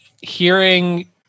hearing